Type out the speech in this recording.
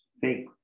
fake